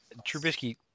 Trubisky